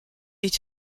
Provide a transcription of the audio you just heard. est